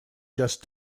just